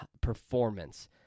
performance